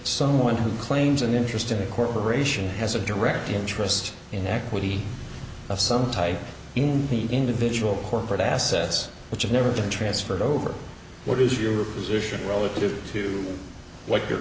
someone who claims an interest in a corporation has a direct interest in equity of some type in the individual corporate assets which has never been transferred over what is your position relative to what your